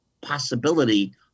possibility